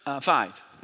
five